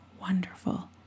wonderful